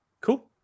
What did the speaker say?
Cool